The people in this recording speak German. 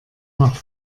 nach